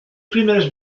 primeras